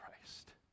Christ